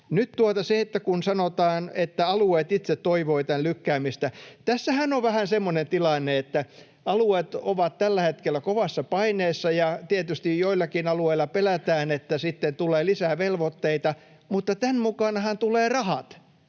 Nyt kun sanotaan, että alueet itse toivoivat tämän lykkäämistä, niin tässähän on vähän semmoinen tilanne, että alueet ovat tällä hetkellä kovassa paineessa ja tietysti joillakin alueilla pelätään, että sitten tulee lisää velvoitteita, mutta tämän mukanahan tulevat rahat,